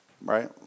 right